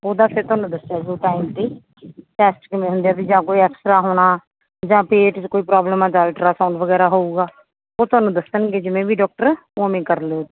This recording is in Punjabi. ਉਹਦਾ ਫਿਰ ਤੁਹਾਨੂੰ ਦੱਸਿਆ ਜਾਊ ਟਾਇਮ 'ਤੇ ਟੈਸਟ ਕਿਵੇਂ ਹੁੰਦੇ ਆ ਵਈ ਜਾਂ ਕੋਈ ਐਕਸਟਰਾ ਹੋਣਾ ਜਾਂ ਪੇਟ 'ਚ ਕੋਈ ਪ੍ਰੋਬਲਮ ਹੈ ਤਾਂ ਅਲਟਰਾਸਾਉਂਡ ਵਗੈਰਾ ਹੋਊਗਾ ਉਹ ਤੁਹਾਨੂੰ ਦੱਸਣਗੇ ਜਿਵੇਂ ਵੀ ਡੋਕਟਰ ਉਵੇਂ ਕਰ ਲਿਓ